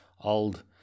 old